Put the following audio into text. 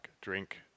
Drink